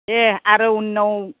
दे आरो उनाव